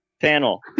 panel